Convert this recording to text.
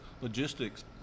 logistics